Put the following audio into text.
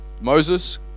Moses